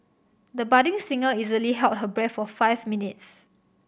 the budding singer easily held her breath for five minutes